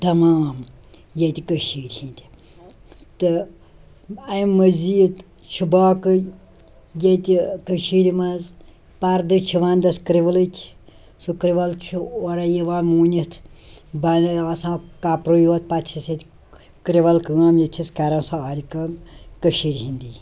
تمام ییٚتہِ کٔشیٖرِ ہِنٛدۍ تہٕ اَمہِ مٔزیٖد چھُ باقٕے ییٚتہِ کٔشیٖرِ منٛز پردٕ چھِ ونٛدس کِرٛولٕکۍ سُہ کرِول چھِ اورَے یِوان ووٗنِتھ بنٲے آسان کپرُے یوت پتہٕ چھِس ییٚتہِ کِرٛوَل کٲم ییٚتہِ چھِس کَران سۄ آرِ کٲم کٔشیٖرِ ہِنٛدی